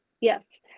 Yes